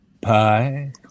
Pie